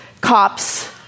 cops